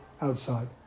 outside